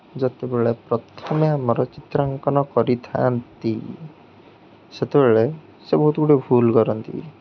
ଯେତେବେଳେ ପ୍ରଥମେ ଆମର ଚିତ୍ରାଙ୍କନ କରିଥାନ୍ତି ସେତେବେଳେ ସେ ବହୁତ ଗୁଡ଼ିଏ ଭୁଲ୍ କରନ୍ତି